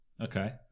Okay